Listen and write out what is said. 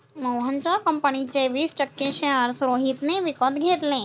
मोहनच्या कंपनीचे वीस टक्के शेअर्स रोहितने विकत घेतले